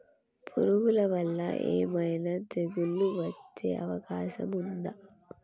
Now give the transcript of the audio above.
పురుగుల వల్ల ఏమైనా తెగులు వచ్చే అవకాశం ఉందా?